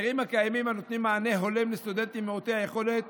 ההסדרים הקיימים נותנים מענה הולם לסטודנטים מעוטי יכולת